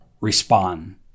respond